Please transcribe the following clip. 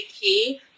key